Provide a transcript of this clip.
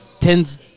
tens